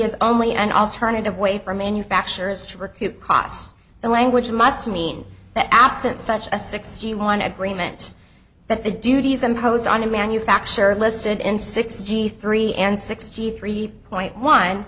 is only an alternative way for manufacturers to recoup costs the language must mean that absent such a sixty one agreement that the duties imposed on a manufacturer listed in sixty three and sixty three point one